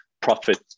profit